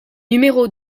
numéro